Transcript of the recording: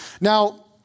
Now